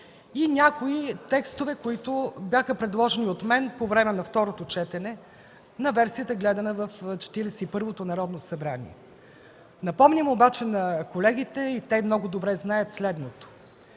и някои текстове, които бяха предложени от мен по време на второто четене, на версията, гледана в Четиридесет и първото Народно събрание. Напомням обаче на колегите и те много добре знаят следното: